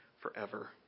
forever